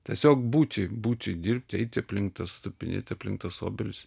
tiesiog būti būti dirbti eiti aplink tupinėti aplink tas obelis